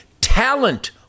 talent